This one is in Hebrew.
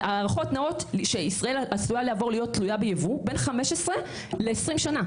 ההערכות נעות שישראל עשויה לעבור להיות תלויה בייבוא בין 15 ל-20 שנה.